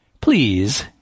Please